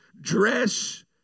dress